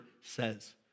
says